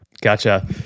Gotcha